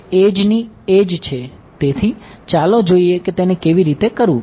તેથી ચાલો જોઈએ કે તેને કેવી રીતે કરવું